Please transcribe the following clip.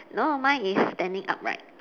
no mine is standing upright